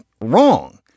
wrong